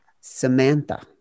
Samantha